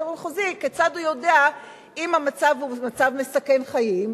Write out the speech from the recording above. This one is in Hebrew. המחוזי יודע אם המצב הוא מצב מסכן חיים,